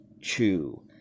Chew